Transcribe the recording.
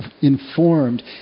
informed